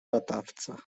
latawca